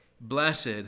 Blessed